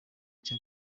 cya